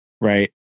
right